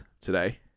today